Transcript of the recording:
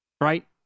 right